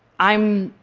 i'm.